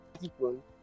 people